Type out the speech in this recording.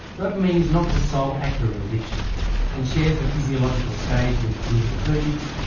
dopamine is not the sole actor in addiction and shares the physiological stage with glutamatergics,